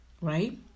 Right